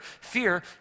fear